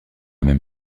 même